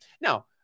Now